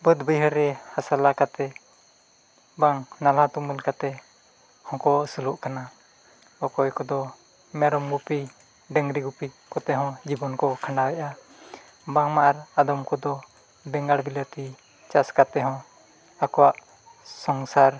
ᱵᱟᱹᱫᱽ ᱵᱟᱹᱭᱦᱟᱹᱲ ᱨᱮ ᱦᱟᱥᱟ ᱞᱟ ᱠᱟᱛᱮᱫ ᱵᱟᱝ ᱱᱟᱞᱦᱟ ᱛᱩᱢᱟᱹᱞ ᱠᱟᱛᱮᱫ ᱦᱚᱸᱠᱚ ᱟᱹᱥᱩᱞᱚᱜ ᱠᱟᱱᱟ ᱚᱠᱚᱭ ᱠᱚᱫᱚ ᱢᱮᱨᱚᱢ ᱜᱩᱯᱤ ᱰᱟᱝᱨᱤ ᱜᱩᱯᱤ ᱠᱟᱛᱮᱫ ᱦᱚᱸ ᱡᱤᱵᱚᱱ ᱠᱚ ᱠᱷᱟᱸᱰᱟᱣᱮᱜᱼᱟ ᱵᱟᱝ ᱢᱟ ᱟᱨ ᱟᱫᱚᱢ ᱠᱚᱫᱚ ᱵᱮᱜᱟᱲ ᱵᱤᱞᱟᱹᱛᱤ ᱪᱟᱥ ᱠᱟᱛᱮᱦᱚᱸ ᱟᱠᱚᱣᱟᱜ ᱥᱚᱝᱥᱟᱨ